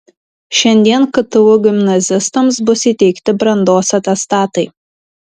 šiandien ktu gimnazistams bus įteikti brandos atestatai